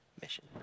mission